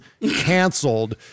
canceled